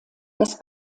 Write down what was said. das